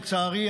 לצערי,